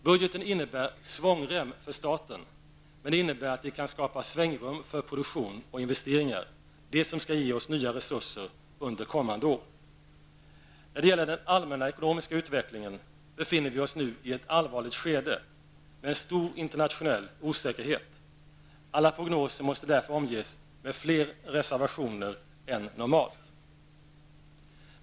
Budgeten innebär en svångrem för staten, men det innebär att vi kan skapa svängrum för produktion och investeringar -- det som skall ge oss nya resurser under kommande år. När det gäller den allmänna ekonomiska utvecklingen befinner vi oss nu i ett allvarligt skede, med en stor internationell osäkerhet. Alla prognoser måste därför omges med fler reservationer än normalt.